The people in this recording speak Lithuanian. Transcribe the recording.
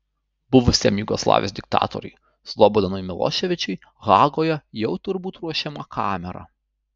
buvusiam jugoslavijos diktatoriui slobodanui miloševičiui hagoje jau turbūt ruošiama kamera